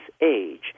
age